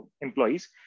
employees